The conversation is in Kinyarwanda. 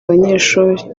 abanyeshuri